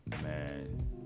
Man